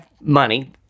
money